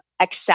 accept